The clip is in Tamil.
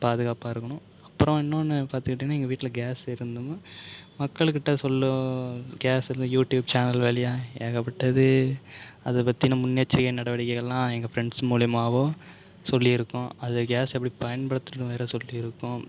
பாதுகாப்பாக இருக்கணும் அப்புறம் இன்னொன்று பாத்துகிட்டோன்னா எங்கள் வீட்டில் கேஸ் இருந்தும் மக்கள் கிட்ட சொல்லு கேஸ் இந்த யூடியூப் சேனல் வழியா ஏகப்பட்டது அதை பற்றின முன் எச்சரிக்கை நடவெடிக்கைகள்லாம் எங்கள் ஃப்ரெண்ட்ஸ் மூலியமாகவோ சொல்லியிருக்கோம் அதை கேஸை எப்படி பயன்படுத்துன்னு வேற சொல்லியிருக்கோம்